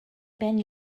ben